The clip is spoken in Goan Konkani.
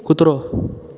कुत्रो